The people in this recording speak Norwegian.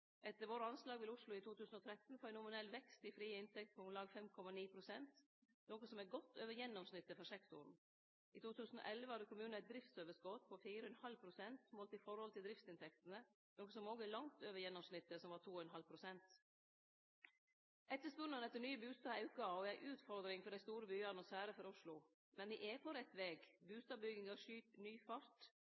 Etter våre anslag vil Oslo i 2013 få ein nominell vekst i frie inntekter på om lag 5,9 pst., noko som er godt over gjennomsnittet for sektoren. I 2011 hadde kommunen eit driftsoverskot på 4,5 pst. målt i forhold til driftsinntektene, noko som òg er langt over gjennomsnittet, som var 2,5 pst. Etterspurnaden etter nye bustader aukar og er ei stor utfordring for dei store byane, og særleg for Oslo. Men me er på rett veg. Bustadbygginga skyt no fart.